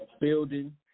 building